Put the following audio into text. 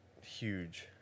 huge